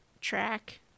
track